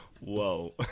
Whoa